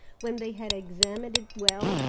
when they had examined it well,